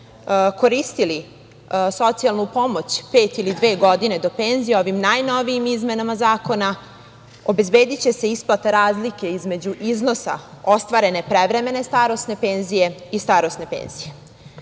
koristili socijalnu pomoć pet ili dve godine do penzije, ovim najnovijim izmenama Zakona obezbediće se isplata razlike između iznosa ostvarene prevremene starosne penzije i starosne penzije.